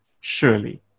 Surely